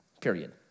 period